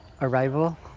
arrival